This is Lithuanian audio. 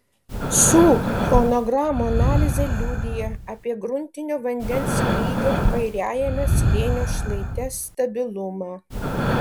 šių chronogramų analizė liudija apie gruntinio vandens lygio kairiajame slėnio šlaite stabilumą